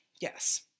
Yes